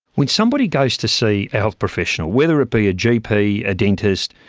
when somebody goes to see a health professional whether it be a gp, a a dentist,